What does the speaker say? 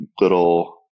little